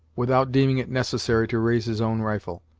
without deeming it necessary to raise his own rifle.